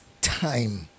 time